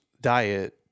diet